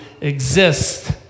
exist